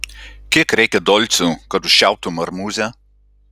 kiek reikia dolcų kad užčiauptum marmuzę